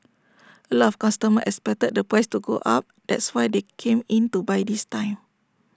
A lot of customers expected the price to go up that's why they came in to buy this time